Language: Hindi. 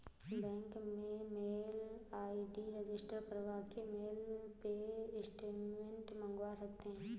बैंक में मेल आई.डी रजिस्टर करवा के मेल पे स्टेटमेंट मंगवा सकते है